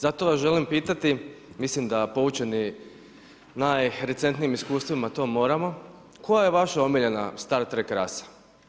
Zato vas želim pitati, mislim da poučeni najrecentnijim iskustvima to moramo, koja je vaša omiljena star track rasa?